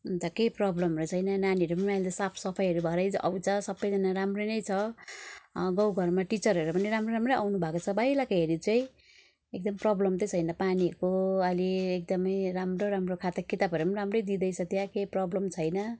अन्त केही प्रब्लमहरू छैन नानीहरू पनि अहिले त साफ सफाइहरू भएरै आउँछ सबैजना राम्रै नै छ गाउँघरमा टिचरहरू पनि राम्रो राम्रै आउनु भएको छ पहिलाको हेरि चाहिँ एकदम प्रब्लम चाहिँ छैन पानीहरूको अहिले एकदमै राम्रो राम्रो खाता किताबहरू पनि राम्रै दिँदैछ त्यहाँ केही प्रब्लम छैन